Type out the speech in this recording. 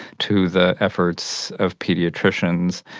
to the efforts of paediatricians.